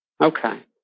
Okay